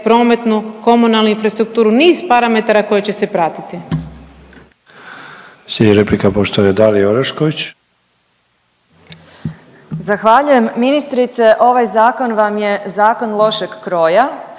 prometnu, komunalnu infrastrukturu, niz parametara koji će se pratiti.